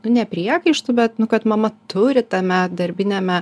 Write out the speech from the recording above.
nu ne priekaištu bet nu kad mama turi tame darbiniame